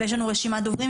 יש לנו רשימת דוברים,